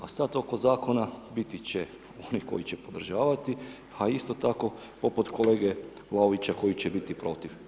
A sad oko zakona biti će onih koji će podržavati a isto tako poput kolege Vlaovića koji će biti protiv.